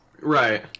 Right